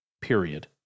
period